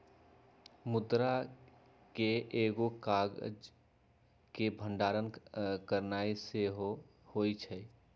मुद्रा के एगो काज के भंडारण करनाइ सेहो होइ छइ